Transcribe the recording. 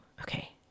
Okay